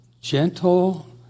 gentle